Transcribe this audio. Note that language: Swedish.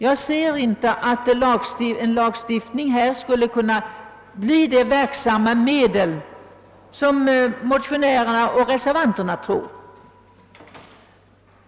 Jag tror inte att en lagstiftning skulle kunna bli det verksamma medel, som motionärerna och reservanterna tror.